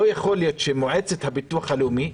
לא יכול להיות שמועצת הביטוח הלאומי,